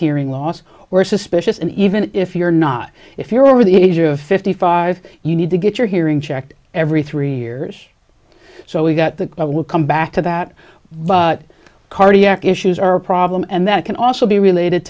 hearing loss or suspicious and even if you're not if you're over the age of fifty five you need to get your hearing checked every three years so we've got to look come back to that but cardiac issues are a problem and that can also be related